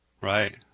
Right